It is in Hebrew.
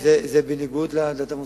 זה בניגוד לדת המוסלמית.